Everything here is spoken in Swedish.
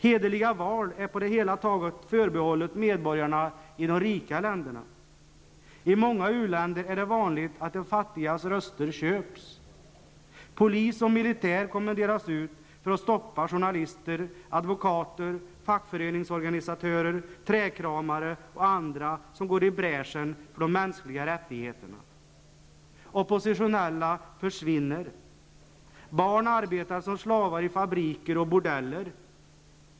Hederliga val är på det hela taget förebehållna medborgarna i de rika länderna. I många u-länder är det vanligt att de fattigas röster köps. Polis och militär kommenderas ut för att stoppa journalister, advokater, fackföreningsorganisatörer, trädkramare och andra som går i bräschen för de mänskliga rättigheterna. Oppositionella försvinner. Barn arbetar som slavar i fabriker och på bordeller.